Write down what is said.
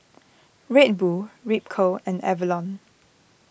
Red Bull Ripcurl and Avalon